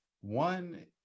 one